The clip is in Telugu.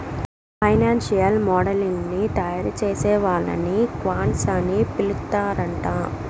ఫైనాన్సియల్ మోడలింగ్ ని తయారుచేసే వాళ్ళని క్వాంట్స్ అని పిలుత్తరాంట